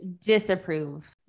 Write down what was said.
disapprove